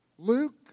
Luke